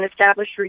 established